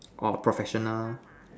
or professional